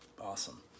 awesome